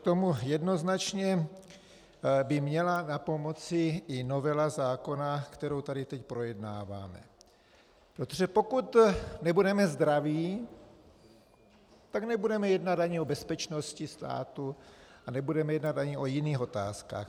Tomu jednoznačně by měla napomoci i novela zákona, kterou tady teď projednáváme, protože pokud my nebudeme zdraví, tak nebudeme jednat ani o bezpečnosti státu a nebudeme jednat ani o jiných otázkách.